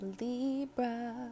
libra